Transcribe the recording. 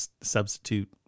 substitute